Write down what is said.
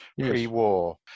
pre-war